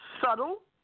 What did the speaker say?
subtle